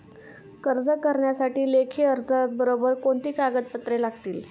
कर्ज करण्यासाठी लेखी अर्जाबरोबर कोणती कागदपत्रे लागतील?